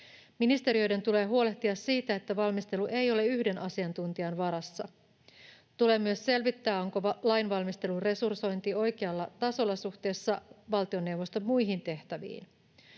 Ministeriöiden tulee huolehtia siitä, että valmistelu ei ole yhden asiantuntijan varassa. Tulee myös selvittää, onko lainvalmistelun resursointi oikealla tasolla suhteessa valtioneuvoston muihin tehtäviin.